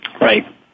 Right